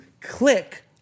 click